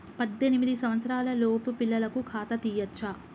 పద్దెనిమిది సంవత్సరాలలోపు పిల్లలకు ఖాతా తీయచ్చా?